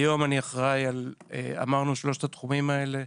היום אני אחראי על שלושת התחומים שהוזכרו,